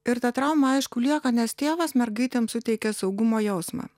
ir ta trauma aišku lieka nes tėvas mergaitėms suteikia saugumo jausmą